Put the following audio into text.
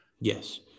Yes